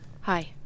Hi